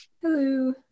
Hello